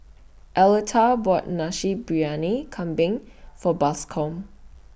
Arletta bought Nasi Briyani Kambing For Bascom